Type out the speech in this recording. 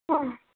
ಹಾಂ